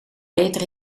beter